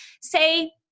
say